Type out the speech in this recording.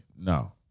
No